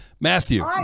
Matthew